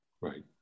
right